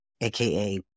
AKA